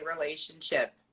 relationship